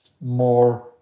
more